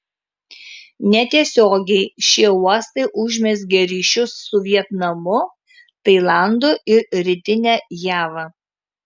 netiesiogiai šie uostai užmezgė ryšius su vietnamu tailandu ir rytine java